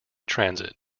transit